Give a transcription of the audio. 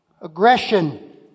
aggression